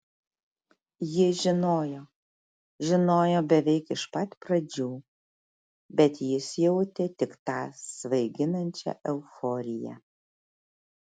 ji žinojo žinojo beveik iš pat pradžių bet jis jautė tik tą svaiginančią euforiją